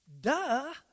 Duh